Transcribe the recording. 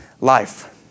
life